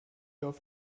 auf